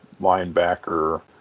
linebacker